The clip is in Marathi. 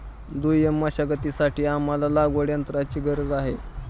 दुय्यम मशागतीसाठी आम्हाला लागवडयंत्राची गरज आहे